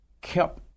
kept